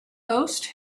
hosts